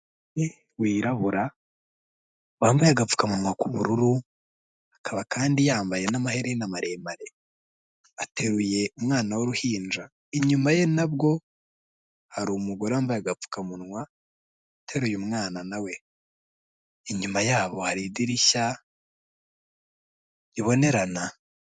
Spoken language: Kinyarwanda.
Wirabura wambaye agapfukamuwa k'ubururu akaba kandi yambaye n'amaherena maremare, ateruye umwana w'uruhinja inyuma ye nabwo hari umugore wambaye agapfukamunwa uteruye umwana nawe, inyuma yabo hari idirishya ribonerana.